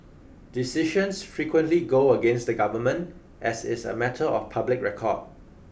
decisions frequently go against the government as is a matter of public record